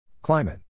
Climate